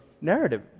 narrative